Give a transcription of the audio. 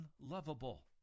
unlovable